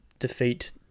Defeat